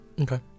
Okay